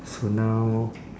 so now